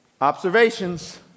observations